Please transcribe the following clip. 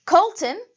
Colton